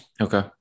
Okay